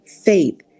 faith